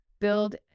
build